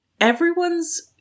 Everyone's